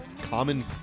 common